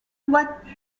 what